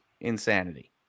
insanity